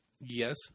Yes